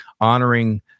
honoring